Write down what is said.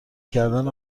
کردن